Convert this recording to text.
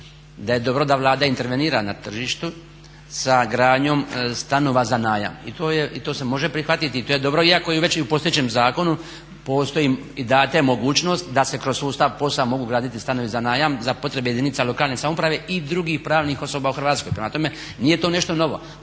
da je dobro da Vlada intervenira na tržištu sa gradnjom stanova za najam i to se može prihvatiti i to je dobro iako već i u postojećem zakonu postoji i dana je mogućnost da se kroz sustav POS-a mogu graditi stanovi za najam za potrebe jedinica lokalne samouprave i drugih pravnih osoba u Hrvatskoj. Prema tome, nije to nešto novo.